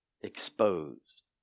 Exposed